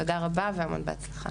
תודה רבה והמון הצלחה.